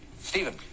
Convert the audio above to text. Stephen